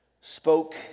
spoke